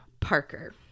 Parker